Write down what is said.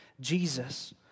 Jesus